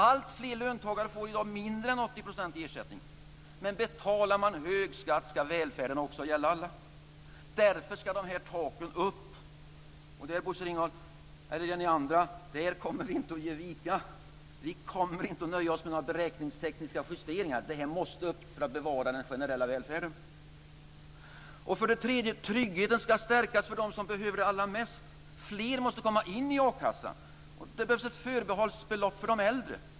Alltfler löntagare får i dag mindre än 80 % i ersättning. Men betalar man hög skatt ska välfärden också gälla alla. Därför ska de här taken upp. Där, Bosse Ringholm och ni andra, kommer vi inte att ge vika. Vi kommer inte att nöja oss med några beräkningstekniska justeringar. Taken måste upp för att bevara den generella välfärden. För det tredje ska tryggheten stärkas för dem som behöver det allra mest. Fler måste komma in i akassa. Det behövs ett förbehållsbelopp för de äldre.